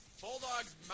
Bulldogs